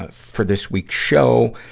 ah for this week's show.